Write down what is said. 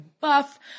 buff